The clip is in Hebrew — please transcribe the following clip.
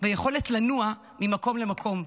ויכולת לנוע ממקום למקום.